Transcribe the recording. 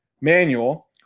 manual